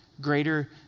greater